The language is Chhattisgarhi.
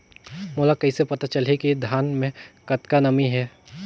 मोला कइसे पता चलही की धान मे कतका नमी हे?